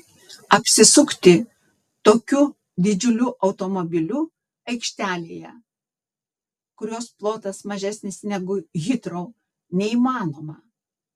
apsisukti tokiu didžiuliu automobiliu aikštelėje kurios plotas mažesnis negu hitrou neįmanoma